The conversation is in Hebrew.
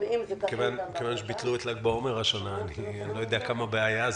מכיוון שביטלו את ל"ג בעומר השנה אני לא יודע כמה בעיה זה.